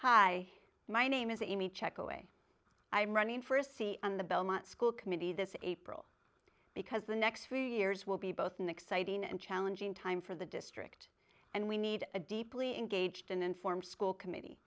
hi my name is amy check away i'm running for a c in the belmont school committee this april because the next few years will be both an exciting and challenging time for the district and we need a deeply engaged and informed school committee